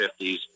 50s